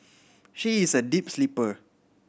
she is a deep sleeper